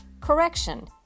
Correction